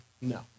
No